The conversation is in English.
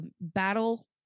battle